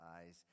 eyes